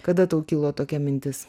kada tau kilo tokia mintis